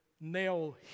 nail